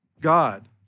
God